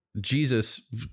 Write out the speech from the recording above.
Jesus